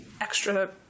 extra